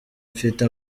mfite